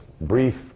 brief